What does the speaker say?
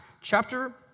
chapter